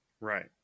Right